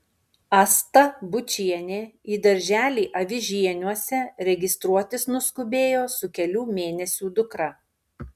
asta bučienė į darželį avižieniuose registruotis nuskubėjo su kelių mėnesių dukra